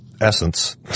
essence